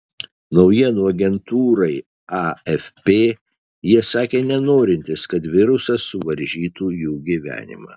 naujienų agentūrai afp jie sakė nenorintys kad virusas suvaržytų jų gyvenimą